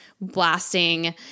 blasting